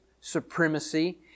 supremacy